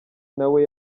nawe